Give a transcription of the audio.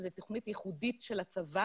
שזו תוכנית ייחודית של הצבא,